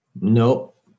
Nope